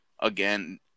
Again